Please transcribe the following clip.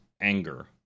anger